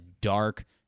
dark